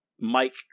Mike